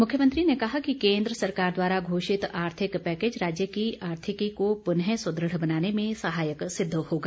मुख्यमंत्री ने कहा कि केन्द्र सरकार द्वारा घोषित आर्थिक पैकेज राज्य की आर्थिकी को पुनः सुदृढ़ बनाने में सहायक सिद्ध होगा